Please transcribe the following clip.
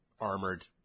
armored